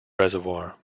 reservoir